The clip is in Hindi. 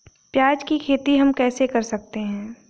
प्याज की खेती हम कैसे कर सकते हैं?